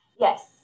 Yes